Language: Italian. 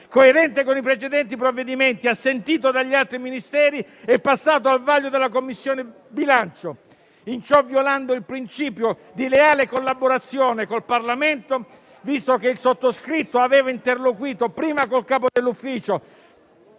coerente con i precedenti provvedimenti, assentito dagli altri Ministeri e passato al vaglio della Commissione bilancio, in ciò violando il principio di leale collaborazione con il Parlamento. Il sottoscritto infatti aveva interloquito prima col capo dell'ufficio